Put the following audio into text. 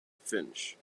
finch